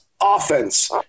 offense